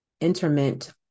interment